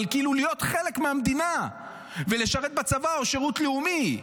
אבל להיות חלק מהמדינה ולשרת בצבא או בשירות לאומי,